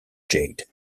jade